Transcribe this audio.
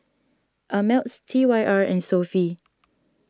Ameltz T Y R and Sofy